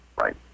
right